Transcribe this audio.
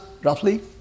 roughly